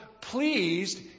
pleased